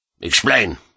Explain